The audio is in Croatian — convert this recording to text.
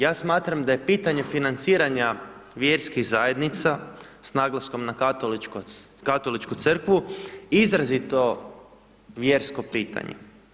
Ja smatram da je pitanje financiranja vjerskih zajednica, s naglaskom na Katoličku crkvu izrazito vjersko pitanje.